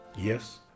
Yes